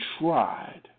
tried